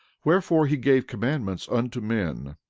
wherefore, he gave commandments unto men,